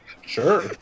sure